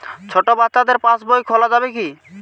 ছোট বাচ্চাদের পাশবই খোলা যাবে কি?